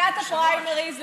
שיטת הפריימריז,